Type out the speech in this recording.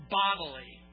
bodily